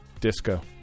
disco